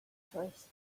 choice